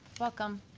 welcome